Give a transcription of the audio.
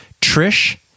Trish